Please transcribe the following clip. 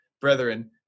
Brethren